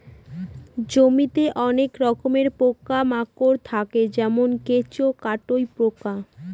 জমিতে অনেক রকমের পোকা মাকড় থাকে যেমন কেঁচো, কাটুই পোকা